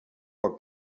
are